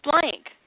blank